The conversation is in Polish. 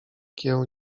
kieł